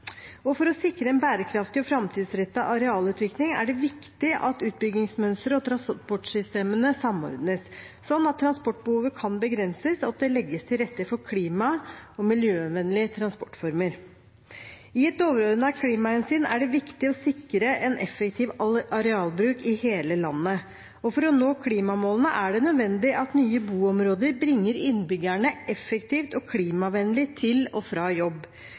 For å sikre en bærekraftig og framtidsrettet arealutvikling er det viktig at utbyggingsmønsteret og transportsystemene samordnes, sånn at transportbehovet kan begrenses, og at det legges til rette for klima- og miljøvennlige transportformer. I et overordnet klimahensyn er det viktig å sikre en effektiv arealbruk i hele landet, og for å nå klimamålene er det nødvendig at nye boområder bringer innbyggerne effektivt og klimavennlig til og fra jobb.